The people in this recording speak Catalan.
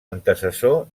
antecessor